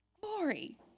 Glory